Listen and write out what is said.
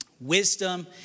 wisdom